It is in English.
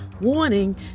Warning